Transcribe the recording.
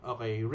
Okay